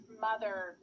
mother